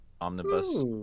omnibus